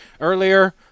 Earlier